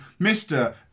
Mr